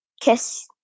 kiss